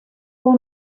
por